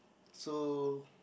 so